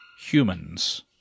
humans